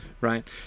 right